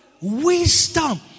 Wisdom